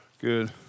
Good